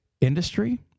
industry